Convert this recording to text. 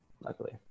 luckily